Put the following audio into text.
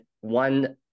one